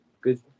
good